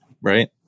Right